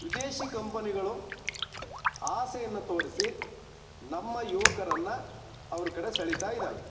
ವಿದೇಶಿ ಕಂಪನಿಗಳು ಆಸೆಯನ್ನು ತೋರಿಸಿ ನಮ್ಮ ಯುವಕರನ್ನು ಅವ್ರ ಕಡೆ ಸೆಳಿತಾ ಇದ್ದಾವೆ